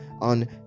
on